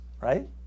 Right